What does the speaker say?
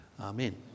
Amen